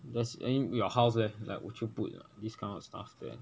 that's I mean your house leh like would you put this kind of stuff there